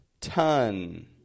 ton